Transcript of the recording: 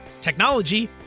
technology